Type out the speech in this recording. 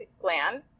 gland